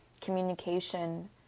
communication